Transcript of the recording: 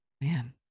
Man